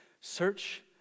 search